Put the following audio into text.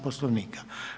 Poslovnika.